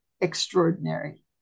extraordinary